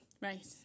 right